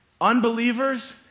Unbelievers